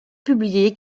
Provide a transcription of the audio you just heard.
publié